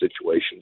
situations